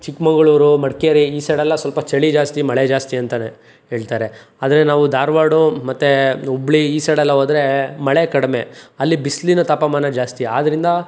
ಚಿಕ್ಕಮಗಳೂರು ಮಡಿಕೇರಿ ಈ ಸೈಡೆಲ್ಲ ಸ್ವಲ್ಪ ಚಳಿ ಜಾಸ್ತಿ ಮಳೆ ಜಾಸ್ತಿ ಅಂತಾರೆ ಹೇಳ್ತಾರೆ ಆದರೆ ನಾವು ಧಾರವಾಡ ಮತ್ತು ಹುಬ್ಳಿ ಈ ಸೈಡೆಲ್ಲ ಹೋದ್ರೆ ಮಳೆ ಕಡಿಮೆ ಅಲ್ಲಿ ಬಿಸಿಲಿನ ತಾಪಮಾನ ಜಾಸ್ತಿ ಆದ್ರಿಂದ